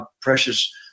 precious